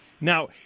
Now